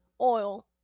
oil